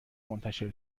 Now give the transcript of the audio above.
منتشر